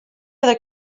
other